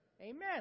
Amen